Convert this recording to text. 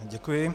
Děkuji.